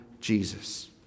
Jesus